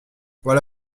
voilà